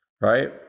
right